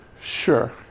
Sure